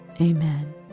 amen